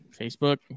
Facebook